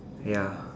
ya